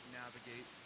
navigate